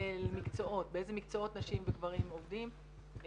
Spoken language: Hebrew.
באיזה מקצועות נשים וגברים עובדים.